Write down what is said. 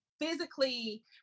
physically